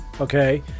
okay